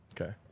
okay